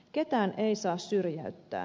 ketään ei saa syrjäyttää